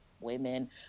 women